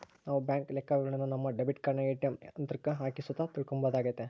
ನಾವು ಬ್ಯಾಂಕ್ ಲೆಕ್ಕವಿವರಣೆನ ನಮ್ಮ ಡೆಬಿಟ್ ಕಾರ್ಡನ ಏ.ಟಿ.ಎಮ್ ಯಂತ್ರುಕ್ಕ ಹಾಕಿ ಸುತ ತಿಳ್ಕಂಬೋದಾಗೆತೆ